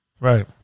right